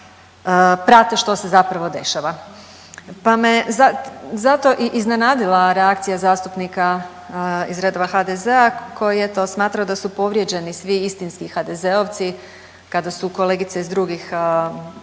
prate što se zapravo dešava pa me zato i iznenadila reakcija zastupnika iz redova HDZ-a koji eto, smatra da su povrijeđeni svi istinski HDZ-ovci kada su kolegice iz drugih